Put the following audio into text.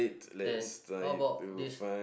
then how about this